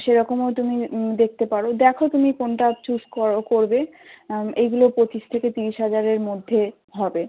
সেরকমও তুমি দেখতে পারো দেখো তুমি কোনটা চুস করো করবে এইগুলো পঁচিশ থেকে তিরিশ হাজারের মধ্যে হবে